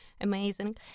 amazing